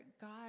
God